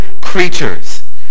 creatures